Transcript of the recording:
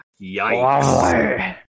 Yikes